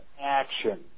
action